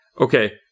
okay